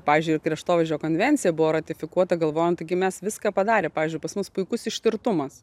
pavyzdžiui kraštovaizdžio konvencija buvo ratifikuota galvojant tai gi mes viską padarę pavyzdžiui pas mus puikus ištirtumas